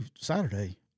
Saturday